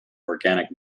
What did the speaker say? organic